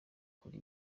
kuri